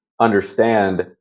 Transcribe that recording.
understand